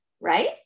right